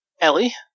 Ellie